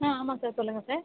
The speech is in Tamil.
ஆ ஆமாம் சார் சொல்லுங்கள் சார்